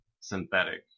synthetic